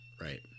right